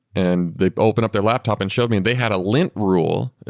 and they open up their laptop and showed me and they had a lint rule.